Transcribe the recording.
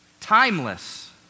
Timeless